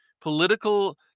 Political